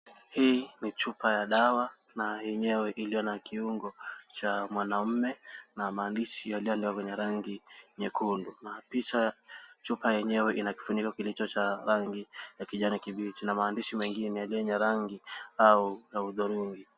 Hii ni chupa ya dawa, na yenyewe iliyo na kiungo cha mwanaume, na maandishi yaliyoandikwa kwenye rangi nyekundu. Chupa yenyewe ina kifuniko kilicho cha rangi ya kijani kibichi, na maandishi mengine yaliyo yenye rangi ya udhurungi.